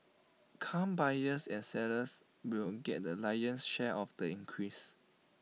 car buyers and sellers will get the lion's share of the increase